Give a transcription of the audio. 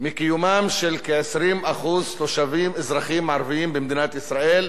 מקיומם של כ-20% תושבים אזרחים ערבים במדינת ישראל,